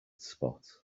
spot